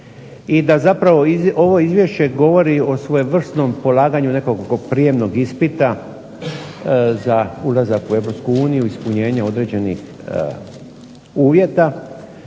i da zapravo ovo izvješće govori o svojevrsnom polaganju nekakvog prijamnog ispita za ulazak u EU, ispunjenje određenih uvjeta.